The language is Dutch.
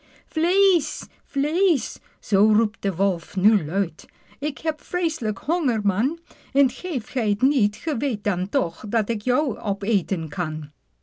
zoo roept de wolf nu luid k heb vreeslijk honger man en geeft gij t niet ge weet dan toch dat k jou opeten kan